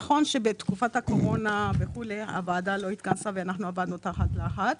נכון שבתקופת הקורונה וכו' הוועדה לא התכנסה ואנחנו עבדנו תחת לחץ,